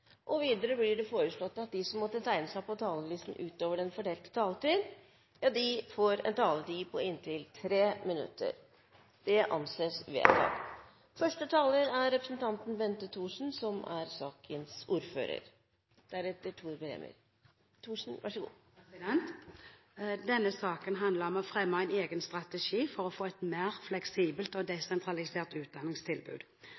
og inntil 5 minutt til medlem av regjeringen. Videre vil presidenten foreslå at det gis anledning til replikkordskifte på inntil fire replikker med svar etter innlegg fra medlem av regjeringen innenfor den fordelte taletid. Videre blir det foreslått at de som måtte tegne seg på talerlisten utover den fordelte taletid, får en taletid på inntil 3 minutter. – Det anses vedtatt. Denne saken handler om å fremme en egen strategi for å få et